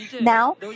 Now